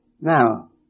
Now